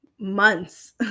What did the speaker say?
months